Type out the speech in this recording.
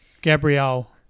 gabrielle